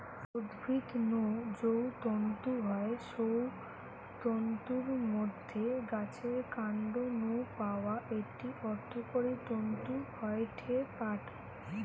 উদ্ভিদ নু যৌ তন্তু হয় সৌ তন্তুর মধ্যে গাছের কান্ড নু পাওয়া একটি অর্থকরী তন্তু হয়ঠে পাট